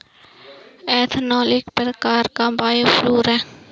ethanol एक प्रकार का बायोफ्यूल है